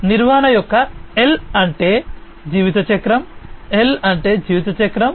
నిర్వహణ యొక్క L అంటే జీవితచక్రం ఎల్ అంటే జీవితచక్రం